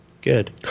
Good